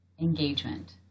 engagement